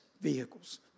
vehicles